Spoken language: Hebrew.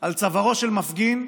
על צווארו של מפגין,